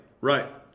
Right